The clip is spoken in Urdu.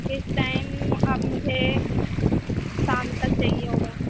کس ٹائم آپ مجھے شام تک چاہیے ہوگا